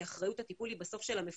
כי אחריות הטיפול היא בסוף של המפקדים,